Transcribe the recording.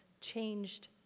changed